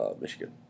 Michigan